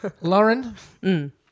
Lauren